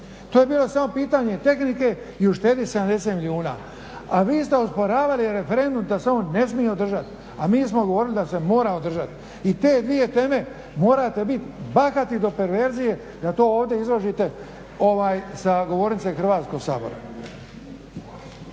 To je bilo samo pitanje tehnike i uštedjeti 70 milijuna. A vi ste osporavali referendum da se on ne smije održati a mi smo govorili da se mora održati. I te dvije teme, morate biti bahati do perverzije da to ovdje izložite sa govornice Hrvatskoga sabora.